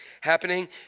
happening